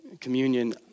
communion